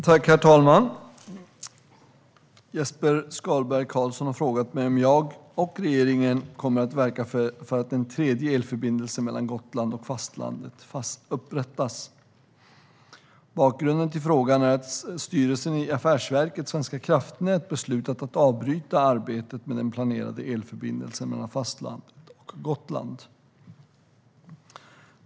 Herr talman! Jesper Skalberg Karlsson har frågat mig om jag och regeringen kommer att verka för att en tredje elförbindelse mellan Gotland och fastlandet upprättas. Bakgrunden till frågan är att styrelsen i affärsverket Svenska kraftnät beslutat att avbryta arbetet med den planerade elförbindelsen mellan fastlandet och Gotland.